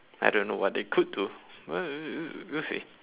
I don't know what they could do well w~ w~ w~ w~ we'll see